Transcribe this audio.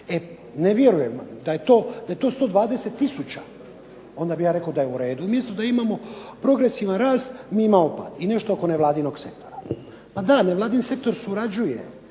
Ne vjerujem da je to 120 tisuća, onda bih ja rekao da je u redu, umjesto da imamo progresivan rast mi imamo pad. I nešto oko nevladinog sektora. …/Govornik se ne razumije./…